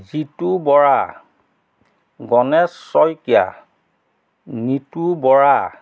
Jitu Bora Ganesh Saikia Nitu Bora